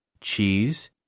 cheese